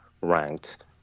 ranked